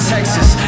Texas